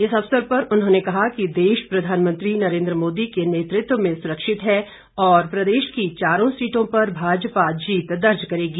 इस अवसर पर उन्होंने कहा कि देश प्रधानमंत्री नरेन्द्र मोदी के नेतृत्व में सुरक्षित है और प्रदेश की चारों सीटों पर भाजपा जीत दर्ज करेगी